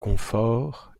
confort